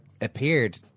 appeared